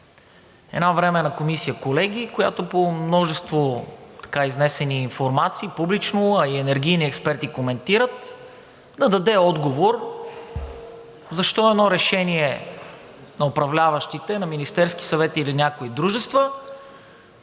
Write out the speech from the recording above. Една Временна комисия, колеги, която по множество публично изнесени информации, а и енергийни експерти коментират, да даде отговор защо едно решение на управляващите – на Министерския съвет или някои дружества,